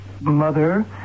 mother